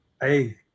Hey